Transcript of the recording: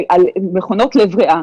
ועל מכונות לב ריאה,